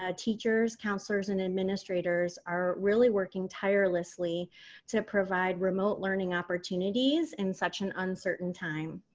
ah teachers, counselors, and administrators are really working tirelessly to provide remote learning opportunities in such an uncertain time.